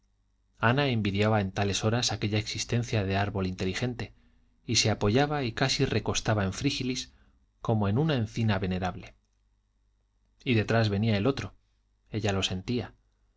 ana envidiaba en tales horas aquella existencia de árbol inteligente y se apoyaba y casi recostaba en frígilis como en una encina venerable y detrás venía el otro ella lo sentía